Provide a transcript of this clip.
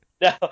No